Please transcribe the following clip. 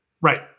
Right